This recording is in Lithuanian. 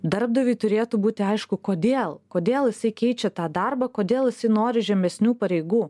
darbdaviui turėtų būti aišku kodėl kodėl jisai keičia tą darbą kodėl jisai nori žemesnių pareigų